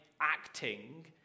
acting